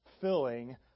filling